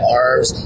arms